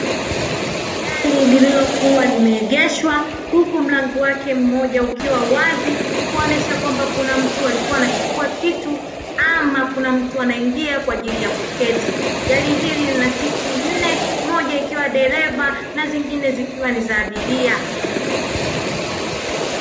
Magari lililokuwa limeegeshwa huku mlango wake mmoja ukiwa wazi kuonyesha kuwa mtu alikuwa anachukua kitu ama mtu anaingia kwajili ya kuketi. Gari hili lina siti nne moja ikiwa ni ya dereva na nyingine zikiwa za abiria.